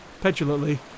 petulantly